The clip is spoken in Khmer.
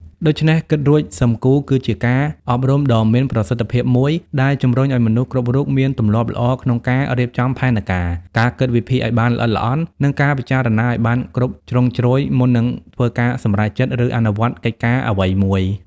ដូច្នេះ «គិតរួចសឹមគូរ» គឺជាការអប់រំដ៏មានប្រសិទ្ធភាពមួយដែលជំរុញឱ្យមនុស្សគ្រប់រូបមានទម្លាប់ល្អក្នុងការរៀបចំផែនការ ការគិតវិភាគឱ្យបានល្អិតល្អន់ និងការពិចារណាឱ្យបានគ្រប់ជ្រុងជ្រោយមុននឹងធ្វើការសម្រេចចិត្តឬអនុវត្តកិច្ចការអ្វីមួយ។